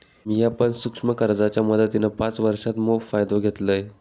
मिया पण सूक्ष्म कर्जाच्या मदतीन पाच वर्षांत मोप फायदो घेतलंय